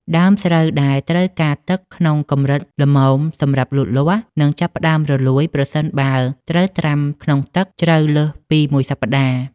ដើមស្រូវដែលត្រូវការទឹកក្នុងកម្រិតល្មមសម្រាប់លូតលាស់ នឹងចាប់ផ្តើមរលួយប្រសិនបើត្រូវត្រាំក្នុងទឹកជ្រៅលើសពីមួយសប្តាហ៍។